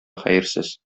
хәерсез